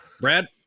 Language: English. Brad